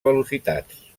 velocitats